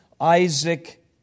Isaac